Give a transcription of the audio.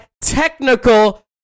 Technical